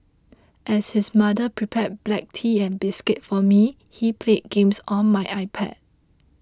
as his mother prepared black tea and biscuits for me he played games on my iPad